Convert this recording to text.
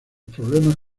problemas